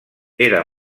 era